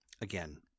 again